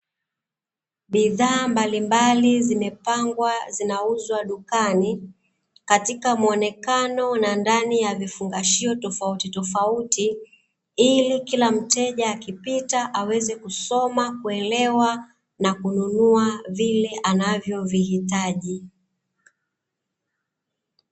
Bidhaa mbalimbali zimepangwa zinauza dukani katika muonekano na ndani ya vifungashio tofautitofauti, ili kila mteja akipita aweze kusoma, kuelewa na kununua vile anavyovihitaji.